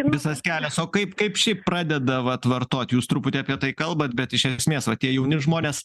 visas kelias o kaip kaip šiaip pradeda vat vartot jūs truputį apie tai kalbat bet iš esmės va tie jauni žmonės